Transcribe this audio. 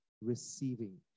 receiving